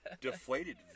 deflated